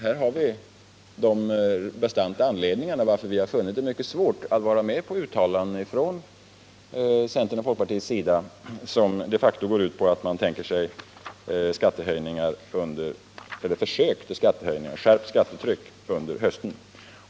Här har vi de bastanta anledningarna till att vi har funnit det mycket svårt att vara med på uttalandena från centerns och folkpartiets sida, som de facto går ut på att man tänker sig försök till skärpt skattetryck under hösten.